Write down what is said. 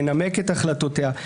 לנמק את החלטותיה.